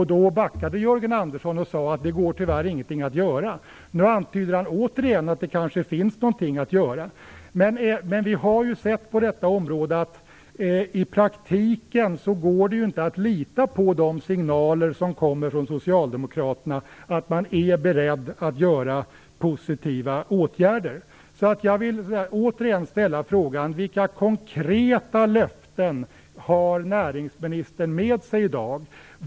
Då backade Jörgen Andersson och sade att det tyvärr inte går att göra någonting. Nu antyder han återigen att det kanske finns någonting att göra. Men vi har ju på detta område sett att det i praktiken inte går att lita på de signaler som kommer från Socialdemokraterna om att man är beredd att vidta positiva åtgärder. Jag vill återigen ställa frågan: Vilka konkreta löften har näringsministern med sig i dag?